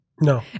No